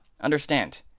Understand